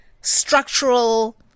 structural